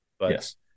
Yes